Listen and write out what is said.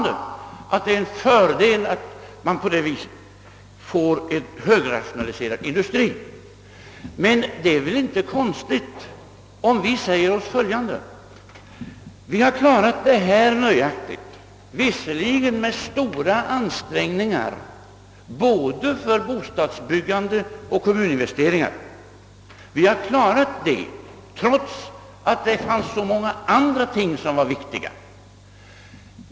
Det är fortfarande en fördel att vi på det viset får en högrationaliserad industri. Men det är väl inte konstigt om vi säger oss följande: Vi har klarat kapitalförsörjningen nöjaktigt, låt vara med stora ansträngningar både för bostadsbyggande och kommuninvesteringar. Vi har klarat det trots att det fanns så många andra ting som är viktiga.